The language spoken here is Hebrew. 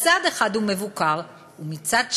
מצד אחד הוא מבוקר, ומצד שני,